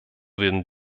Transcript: werden